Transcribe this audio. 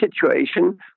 situation